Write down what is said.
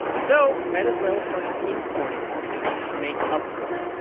so venezuela started importing more food to make up for it.